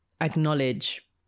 acknowledge